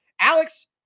Alex